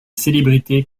célébrités